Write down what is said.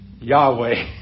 Yahweh